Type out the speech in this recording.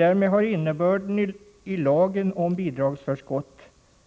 Därmed har innebörden i lagen om bidragsförskott